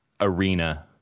arena